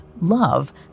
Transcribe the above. love